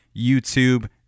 YouTube